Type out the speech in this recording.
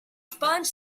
sponge